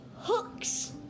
Hooks